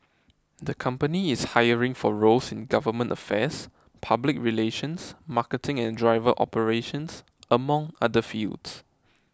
the company is hiring for roles in government affairs public relations marketing and driver operations among other fields